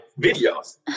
videos